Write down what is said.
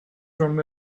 from